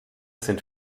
sind